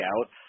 out